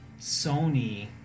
Sony